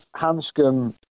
Hanscom